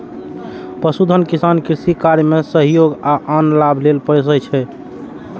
पशुधन किसान कृषि कार्य मे सहयोग आ आन लाभ लेल पोसय छै